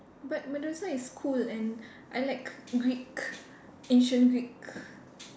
but medusa is cool and I like Greek ancient Greek